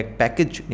package